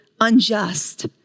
unjust